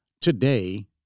Today